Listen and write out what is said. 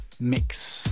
mix